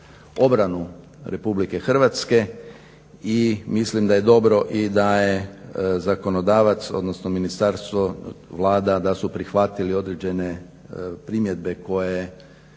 obranu RH. I mislim da je dobro i da je zakonodavac, odnosno Ministarstvo, Vlada da su prihvatili određene primjedbe koje